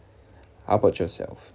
how about yourself